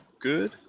good